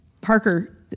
Parker